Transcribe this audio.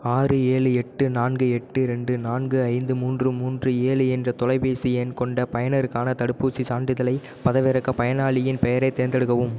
ஆறு ஏழு எட்டு நான்கு எட்டு ரெண்டு நான்கு ஐந்து மூன்று மூன்று ஏழு என்ற தொலைபேசி எண் கொண்ட பயனருக்கான தடுப்பூசிச் சான்றிதழை பதிவிறக்க பயனாளியின் பெயரைத் தேர்ந்தெடுக்கவும்